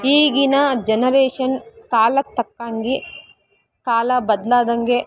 ಈಗಿನ ಜನರೇಷನ್ ಕಾಲಕ್ಕೆ ತಕ್ಕಂಗೆ ಕಾಲ ಬದಲಾದಂಗೆ